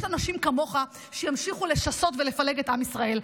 יש אנשים כמוך שימשיכו לשסות ולפלג את עם ישראל.